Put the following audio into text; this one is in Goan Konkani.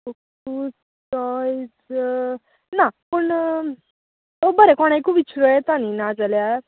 कुकूज टॉयज ना पूण बरें कोणायकू विचरूं येता न्ही ना जाल्या